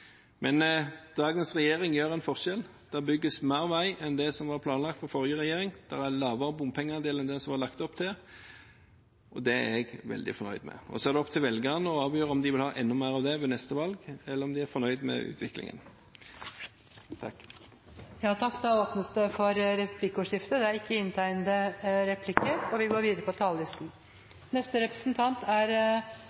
Men dagens regjering gjør en forskjell: Det bygges mer vei enn det som var planlagt av forrige regjering, det er lavere bompengeandel enn det som det var lagt opp til, og det er jeg veldig fornøyd med. Så er det opp til velgerne å avgjøre om de vil ha enda mer av det ved neste valg, eller om de er fornøyde med utviklingen. De talere som heretter får ordet, har en taletid på inntil 3 minutter. La meg aller først starte med å takke komiteen for rask behandling, for det er